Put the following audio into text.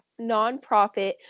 nonprofit